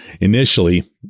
initially